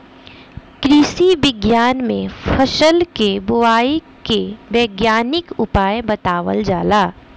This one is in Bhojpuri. कृषि विज्ञान में फसल के बोआई के वैज्ञानिक उपाय बतावल जाला